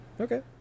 Okay